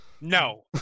No